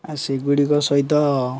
ଆଉ ସେଗୁଡ଼ିକ ସହିତ